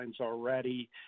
already